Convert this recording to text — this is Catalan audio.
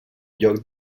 lloc